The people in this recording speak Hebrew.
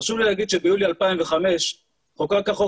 חשוב לי להגיד שביולי 2005 חוקק החוק